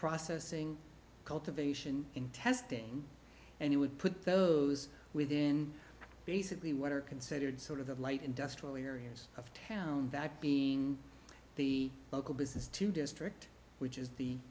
processing cultivation in testing and it would put those within basically what are considered sort of light industrial areas of town that being the local business to district which is the